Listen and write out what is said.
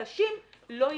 החלשים לא ייהנו.